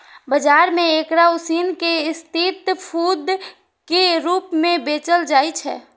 बाजार मे एकरा उसिन कें स्ट्रीट फूड के रूप मे बेचल जाइ छै